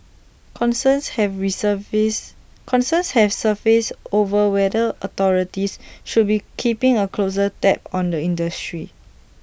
concerns have resurfaced concerns have surfaced over whether authorities should be keeping A closer tab on the industry